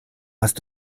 hast